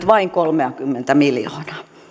vain kolmeakymmentä miljoonaa